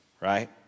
right